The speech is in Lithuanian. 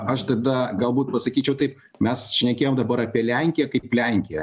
aš tada galbūt pasakyčiau taip mes šnekėjom dabar apie lenkiją kaip lenkiją